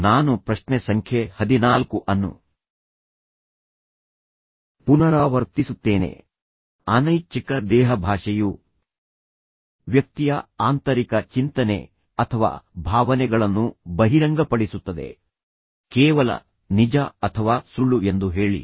ನಾನು ಪ್ರಶ್ನೆ ಸಂಖ್ಯೆ ಹದಿನಾಲ್ಕು ಅನ್ನು ಪುನರಾವರ್ತಿಸುತ್ತೇನೆ ಅನೈಚ್ಛಿಕ ದೇಹಭಾಷೆಯು ವ್ಯಕ್ತಿಯ ಆಂತರಿಕ ಚಿಂತನೆ ಅಥವಾ ಭಾವನೆಗಳನ್ನು ಬಹಿರಂಗಪಡಿಸುತ್ತದೆ ಕೇವಲ ನಿಜ ಅಥವಾ ಸುಳ್ಳು ಎಂದು ಹೇಳಿ